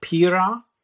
Pira